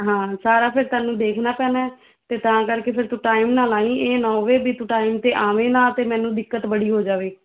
ਹਾਂ ਸਾਰਾ ਫਿਰ ਸਾਨੂੰ ਦੇਖਣਾ ਪੈਣਾ ਤੇ ਤਾਂ ਕਰਕੇ ਫਿਰ ਤੂੰ ਟਾਈਮ ਨਾਲ ਆਈ ਇਹ ਨਾ ਹੋਵੇ ਵੀ ਤੂੰ ਟਾਈਮ ਤੇ ਆਵੇ ਨਾ ਤੇ ਮੈਨੂੰ ਦਿੱਕਤ ਬੜੀ ਹੋ ਜਾਵੇ